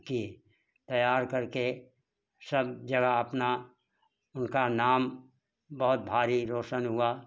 किए तैयार करके सब जगह अपना उनका नाम बहुत भारी रोशन हुआ